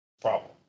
problem